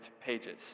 pages